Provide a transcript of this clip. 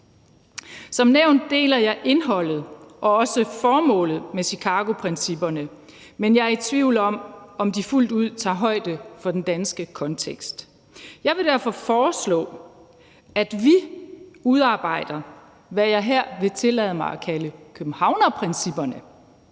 Som nævnt deler jeg indholdet og også formålet med Chicagoprincipperne, men jeg er i tvivl om, om de fuldt ud tager højde for den danske kontekst. Jeg vil derfor foreslå, at vi udarbejder, hvad jeg her vil tillade mig at kalde Københavnerprincipperne,